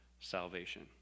salvation